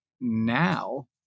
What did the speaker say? now